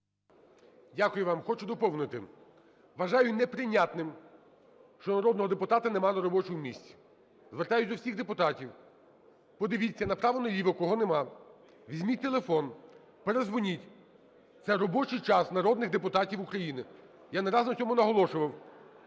Дякую вам. Хочу доповнити. Вважаю неприйнятним, що народного депутата нема на робочому місці. Звертаюся до всіх депутатів: подивіться направо, наліво, кого нема; візьміть телефон, передзвоніть. Це робочий час народних депутатів України, я не раз на цьому наголошував.